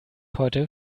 heute